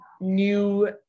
new